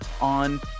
on